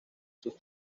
sus